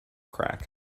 crack